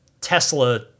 Tesla